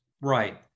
Right